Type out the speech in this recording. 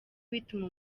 bituma